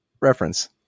reference